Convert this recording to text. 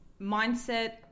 mindset